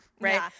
right